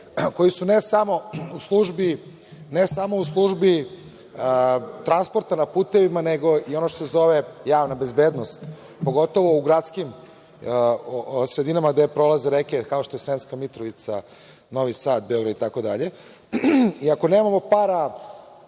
koji su ne samo u službi transporta na putevima, nego i ono što se zove javna bezbednost, pogotovo u gradskim sredinama, kao što je Sremska Mitrovica, Novi Sad, Beograd itd. Ako nemamo para